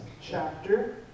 chapter